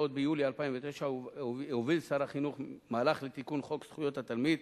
עוד ביולי הוביל שר החינוך מהלך לתיקון חוק זכויות התלמיד.